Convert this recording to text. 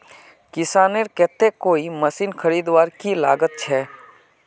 किसानेर केते कोई मशीन खरीदवार की लागत छे?